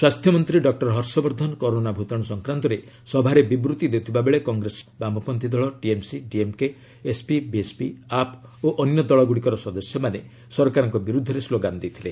ସ୍ୱାସ୍ଥ୍ୟ ମନ୍ତ୍ରୀ doctor Harshvardhan corona ଭୂତାଣୁ ସଂକ୍ରାନ୍ତରେ ସଭାରେ ବିବୃତ୍ତି ଦେଉଥିବା ବେଳେ କଂଗ୍ରେସ ବାମପବ୍ଛୀ ଦଳ TMC DMK SP BSP AAP ଓ ଅନ୍ୟ ଦଳଗୁଡ଼ିକର ସଦସ୍ୟମାନେ ସରକାରଙ୍କ ବିରୁଦ୍ଧରେ ସ୍କୋଗାନ ଦେଇଥିଲେ